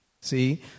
See